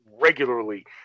regularly